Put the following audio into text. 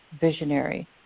visionary